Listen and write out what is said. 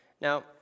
Now